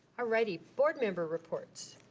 alrighty, board member reports.